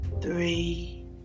three